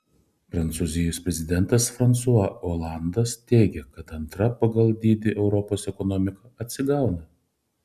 prancūzijos prezidentas fransua olandas teigia kad antra pagal dydį europos ekonomika atsigauna